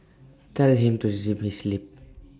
tell him to zip his lip